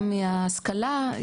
גם מההשכלה.